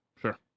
Sure